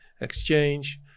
exchange